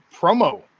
promo